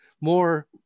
more